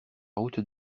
route